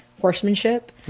horsemanship